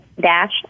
dash